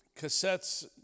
Cassettes